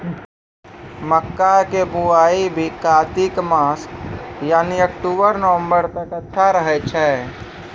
मक्का के बुआई भी कातिक मास यानी अक्टूबर नवंबर तक अच्छा रहय छै